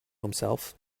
himself